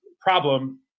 problem